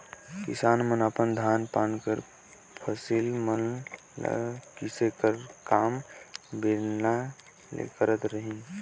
किसान मन अपन धान पान कर फसिल मन ल मिसे कर काम बेलना ले करत रहिन